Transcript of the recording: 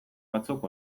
batzuk